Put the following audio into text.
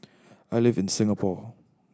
I live in Singapore